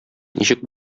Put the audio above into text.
ничек